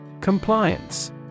Compliance